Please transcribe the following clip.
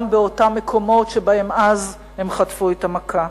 גם באותם מקומות שבהם אז הן חטפו את המכה,